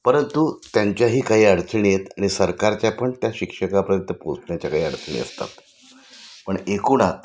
परंतु त्यांच्याही काही अडचणी आहेत आणि सरकारच्या पण त्या शिक्षकापर्यंत पोचण्याच्या काही अडचणी असतात पण एकूणच